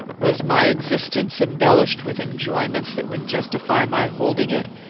was my existence embellished with enjoyments that would justify my holding it,